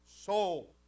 soul